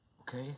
okay